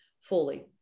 fully